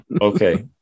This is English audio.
Okay